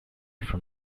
from